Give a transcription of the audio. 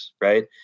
right